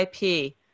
IP